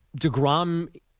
DeGrom